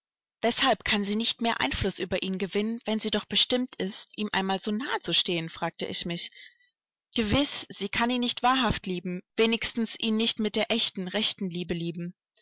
weshalb kann sie nicht mehr einfluß über ihn gewinnen wenn sie doch bestimmt ist ihm einmal so nahe zu stehen fragte ich mich gewiß sie kann ihn nicht wahrhaft lieben wenigstens ihn nicht mit der echten rechten liebe lieben